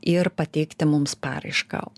ir pateikti mums paraišką